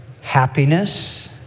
happiness